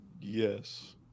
Yes